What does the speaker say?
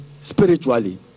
spiritually